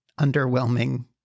underwhelming